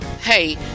hey